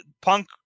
Punk